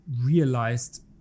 realized